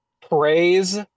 Praise